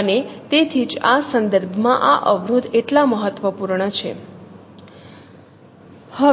અને તેથી જ આ સંદર્ભ માં આ અવરોધ એટલા મહત્વપૂર્ણ છે